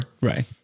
right